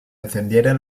encendieron